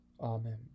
Amen